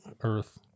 Earth